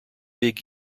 big